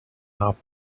half